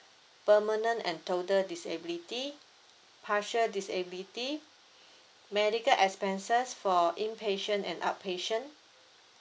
permanent and total disability partial disability medical expenses for inpatient and outpatient